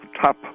top